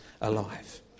alive